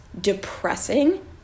depressing